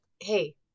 Hey